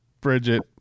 bridget